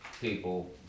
people